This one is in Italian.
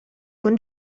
con